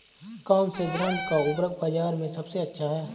कौनसे ब्रांड का उर्वरक बाज़ार में सबसे अच्छा हैं?